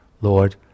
Lord